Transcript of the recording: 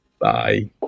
bye